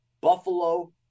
Buffalo